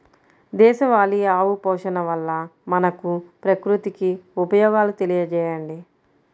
దేశవాళీ ఆవు పోషణ వల్ల మనకు, ప్రకృతికి ఉపయోగాలు తెలియచేయండి?